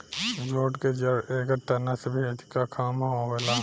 jute के जड़ एकर तना से भी अधिका काम आवेला